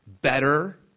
better